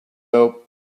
help